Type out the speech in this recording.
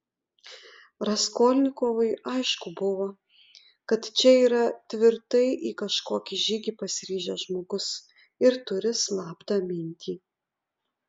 raskolnikovui aišku buvo kad čia yra tvirtai į kažkokį žygį pasiryžęs žmogus ir turi slaptą mintį